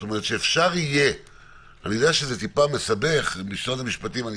אני יודע שזה טיפה מסבך, אבל אני